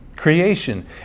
Creation